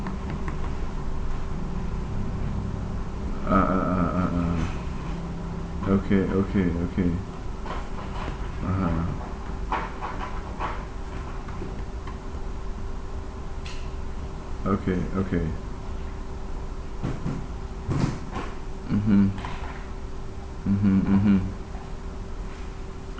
ah ah ah ah ah okay okay okay (uh huh) okay okay mmhmm mmhmm mmhmm